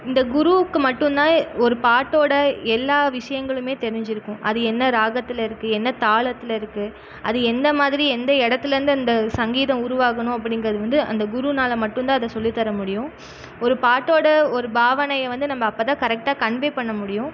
இந்த குருக்கு மட்டுந்தான் ஒரு பாட்டோட எல்லா விஷயங்களுமே தெரிஞ்சியிருக்கும் அது என்ன ராகத்தில் இருக்கு என்ன தாளத்தில் இருக்கு அது எந்தமாதிரி எந்த இடத்துலேந்து அந்த சங்கீதம் உருவகணும் அப்படிங்குறது வந்து அந்த குருவினால மட்டுந்தான் அதை சொல்லி தர முடியும் ஒரு பாட்டோட ஒரு பாவனையை வந்து நம்ப அப்போதான் கரெக்ட்டாக கன்வே பண்ண முடியும்